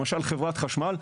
למשל חברת חשמל,